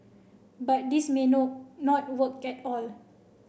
but this may no not work get all